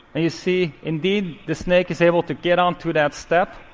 and you see, indeed, the snake is able to get onto that step